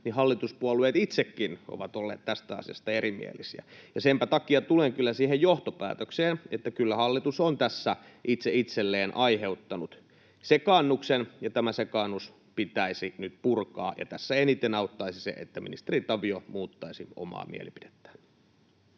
tänään hallituspuolueet itsekin ovat olleet tästä asiasta erimielisiä, ja senpä takia tulen kyllä siihen johtopäätökseen, että kyllä hallitus on tässä itse itselleen aiheuttanut sekaannuksen, ja tämä sekaannus pitäisi nyt purkaa, ja tässä eniten auttaisi se, että ministeri Tavio muuttaisi omaa mielipidettään.